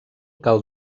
cal